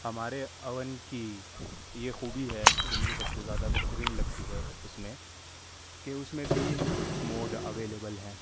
ہمارے اوون کی یہ خوبی ہے جو مجھے سب سے زیادہ بہترین لگتی ہے اُس میں کہ اُس میں تین موڈ اویلیبل ہیں